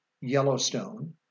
Yellowstone